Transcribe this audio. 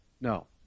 No